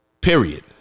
Period